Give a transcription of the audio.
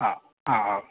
ങാ ങാ ഓക്കെ